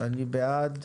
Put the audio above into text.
אני בעד.